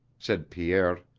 said pierre.